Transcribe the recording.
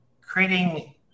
Creating